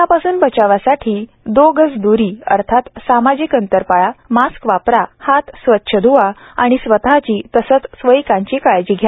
कोरोंनापासून बचवासाठी दो गज दूरी अर्थात सामाजिक अंतर पाळा मास्क वापरा हात स्वच्छ ध्वा आणि स्वतःची तसेच स्वकीयांची काळजी घ्या